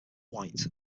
white